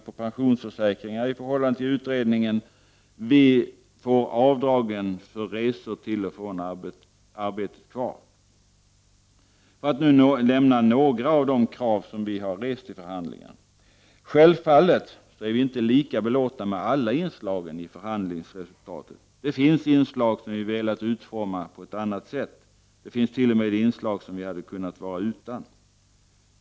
Vi får i förhållande till utredningsförslaget en sänkt avkastningsbeskattning på pensionsförsäkringar. Vi får ha avdragen för resor till och från arbetet kvar. Självfallet är vi inte lika belåtna med alla inslagen i förhandlingsresultatet. Det finns inslag som vi velat utforma på ett annat sätt. Det finns till och med inslag som vi hade kunnat vara utan.